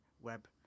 web